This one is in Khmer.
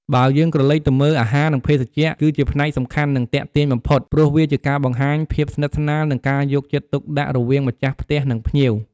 បើយើងក្រឡេកទៅមើល អាហារ និងភេសជ្ជៈ គឺជាផ្នែកសំខាន់ និងទាក់ទាញបំផុត ព្រោះវាជាការបង្ហាញភាពស្និទ្ធស្នាលនិងការយកចិត្តទុកដាក់រវាងម្ចាស់ផ្ទះ និងភ្ញៀវ។